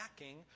lacking